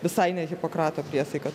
visai ne hipokrato priesaika